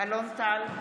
אלון טל,